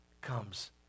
comes